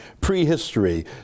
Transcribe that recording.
prehistory